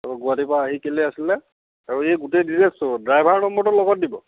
গুৱাহাটীৰ পৰা আহি কেলৈ আছিলে আৰু এই গোটেই ডিটিয়েল্ছটো ড্ৰাইভাৰৰ নম্বৰটো লগত দিব